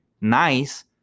nice